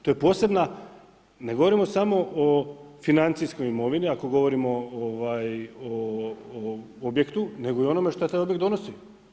To je posebna, ne govorimo samo o financijskoj imovini, ako govorimo o objektu, nego i onome što taj objekt donosi.